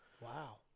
Wow